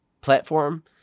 platform